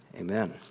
Amen